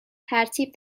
ترتیب